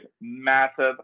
massive